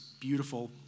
beautiful